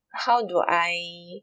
how do I